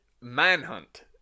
Manhunt